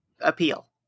appeal